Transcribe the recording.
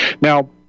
Now